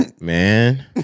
man